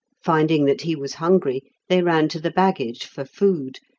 finding that he was hungry they ran to the baggage for food,